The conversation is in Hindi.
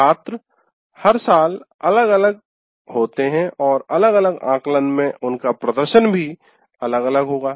छात्र हर साल अलग होते हैं और अलग अलग आकलन में उनका प्रदर्शन भी अलग अलग होगा